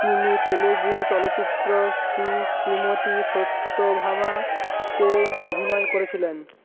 তিনি তেলেগু চলচিত্র শ্রী শ্রীমতি সত্যভামা তে অভিনয় করেছিলেন